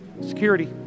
security